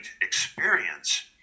experience